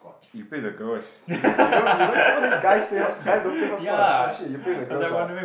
you play with the girls you know you know you know what you mean guys play hop~ guys don't play hopscotch what the shit you play with the girls what